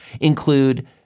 include